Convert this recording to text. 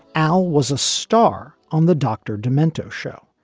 al was a star on the dr. demento show,